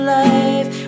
life